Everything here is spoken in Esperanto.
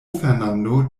fernando